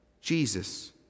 Jesus